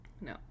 No